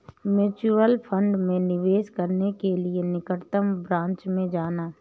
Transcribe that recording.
mutual fund में निवेश करने के लिए निकटतम ब्रांच में जाना